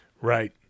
Right